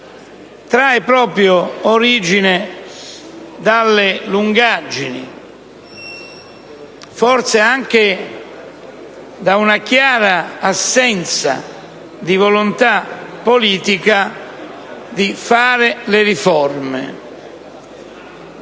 trae proprio origine dalle lungaggini, forse anche da una chiara assenza di volontà politica di realizzare le riforme.